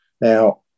Now